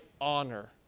honor